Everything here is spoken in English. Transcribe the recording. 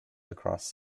across